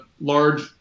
large